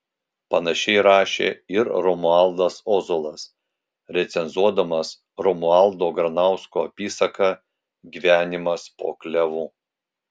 panašiai rašė ir romualdas ozolas recenzuodamas romualdo granausko apysaką gyvenimas po klevu